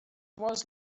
was